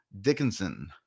Dickinson